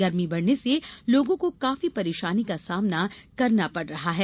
गर्मी बढ़ने सेलोगों को काफी परेशानी का सामना करना पड़ रहा है